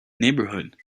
neighborhood